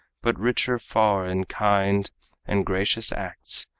but richer far in kind and gracious acts,